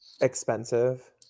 expensive